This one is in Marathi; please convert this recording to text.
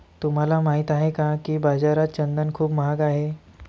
तुम्हाला माहित आहे का की बाजारात चंदन खूप महाग आहे?